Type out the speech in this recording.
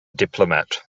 diplomat